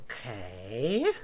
Okay